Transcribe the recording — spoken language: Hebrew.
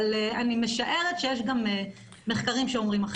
אבל אני משערת שיש גם מחקרים שאומרים אחרת.